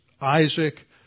Isaac